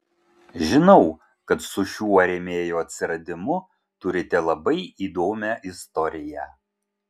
žinau kad su šiuo rėmėjo atsiradimu turite labai įdomią istoriją